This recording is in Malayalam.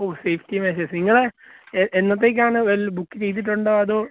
ഓ സേഫ്റ്റി മെഷേഴ്സ് നിങ്ങൾ എന്നത്തേയ്ക്കാണ് വൽ ബുക്ക് ചെയ്തിട്ടുണ്ടോ അതോ